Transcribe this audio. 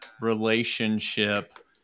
relationship